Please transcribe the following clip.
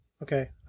Okay